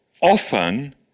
often